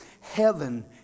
Heaven